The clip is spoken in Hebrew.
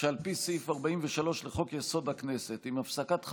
שעל פי סעיף 43 לחוק-יסוד: הכנסת,